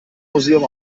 museum